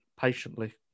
patiently